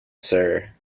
sir